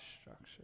structure